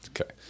okay